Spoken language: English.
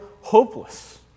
hopeless